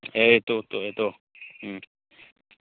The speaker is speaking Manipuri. ꯍꯦ ꯇꯣ ꯇꯣ ꯍꯦ ꯇꯣ ꯎꯝ